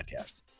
podcast